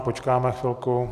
Počkáme chvilku...